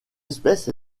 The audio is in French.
espèce